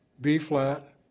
B-flat